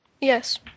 yes